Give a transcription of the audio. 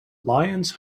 lions